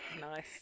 nice